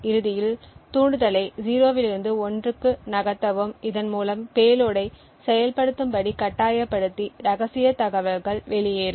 இறுதியில் தூண்டுதலை 0 இலிருந்து 1 க்கு நகர்த்தவும் இதன் மூலம் பேலோடை செயல்படுத்தும்படி கட்டாயப்படுத்தி ரகசிய தகவல்கள் வெளியேறும்